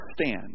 stand